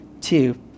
Two